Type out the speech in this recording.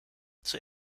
zur